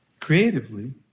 creatively